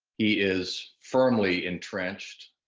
he is firmly entrenched.